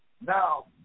Now